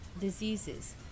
diseases